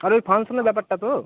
আরে ওই ফাংশানের ব্যাপারটা তো